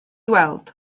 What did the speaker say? weld